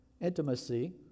intimacy